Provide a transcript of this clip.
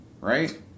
right